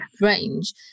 range